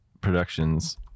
Productions